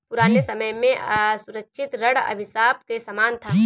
पुराने समय में असुरक्षित ऋण अभिशाप के समान था